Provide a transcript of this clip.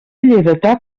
lleidatà